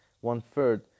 one-third